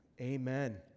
amen